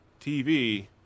TV